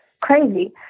crazy